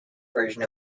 version